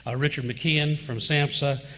ah richard mckeon, from samhsa,